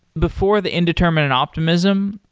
before the indeterminate optimism,